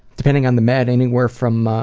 depending on the med, anywhere from